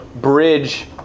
bridge